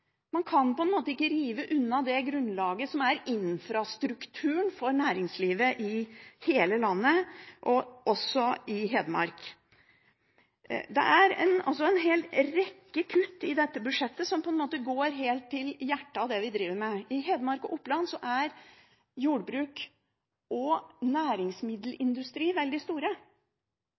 grunnlaget som er infrastrukturen for næringslivet i hele landet, og også i Hedmark. Det er en hel rekke kutt i dette budsjettet som på en måte går helt til hjertet av det vi driver med. I Hedmark og Oppland er jordbruk og næringsmiddelindustri veldig store